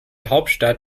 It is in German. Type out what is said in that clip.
hauptstadt